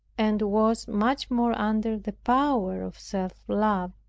and was much more under the power of self-love,